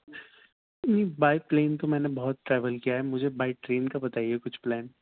نہیں by plane تو میں نے بہت ٹریول کیا ہے مجھے بائی ٹرین کا بتائیے کچھ پلان